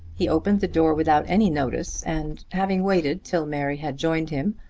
he opened the door without any notice and, having waited till mary had joined him,